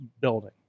building